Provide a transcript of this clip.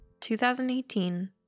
2018